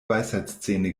weisheitszähne